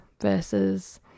versus